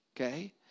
okay